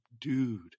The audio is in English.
dude